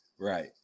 Right